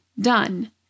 Done